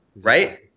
right